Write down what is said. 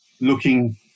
looking